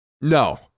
No